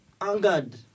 angered